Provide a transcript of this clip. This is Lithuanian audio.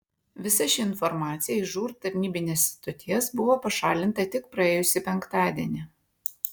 visa ši informacija iš žūr tarnybinės stoties buvo pašalinta tik praėjusį penktadienį